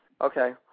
Okay